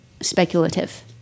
speculative